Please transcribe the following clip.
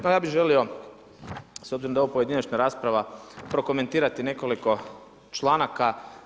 No ja bih želio, s obzirom da je ovo pojedinačna rasprava, prokomentirati nekoliko članaka.